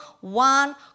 one